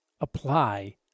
apply